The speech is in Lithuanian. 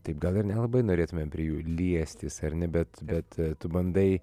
taip gal ir nelabai norėtumėm prie jų liestis ar ne bet bet tu bandai